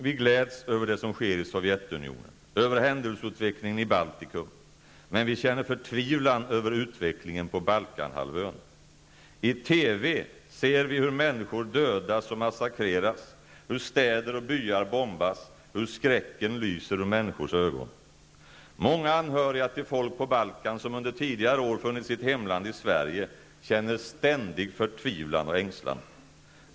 Vi glädjs över det som sker i Baltikum, men vi känner förtvivlan över utvecklingen på Balkanhalvön. I TV ser vi hur människor dödas och massakreras, hur städer och byar bombas, hur skräcken lyser ur människors ögon. Många anhöriga till människor på Balkan som under tidigare år funnit sitt hemland i Sverige känner ständig förtvivlan och ängslan.